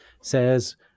says